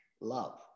love